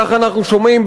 ככה אנחנו שומעים,